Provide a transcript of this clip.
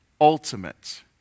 ultimate